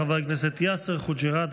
חבר הכנסת יאסר חוג'יראת,